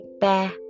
Bear